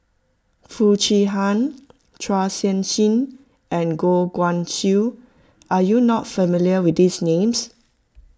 Foo Chee Han Chua Sian Chin and Goh Guan Siew are you not familiar with these names